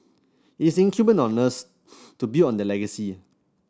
it is incumbent on us to build on their legacy